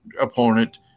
opponent